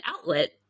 outlet